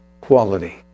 quality